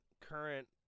current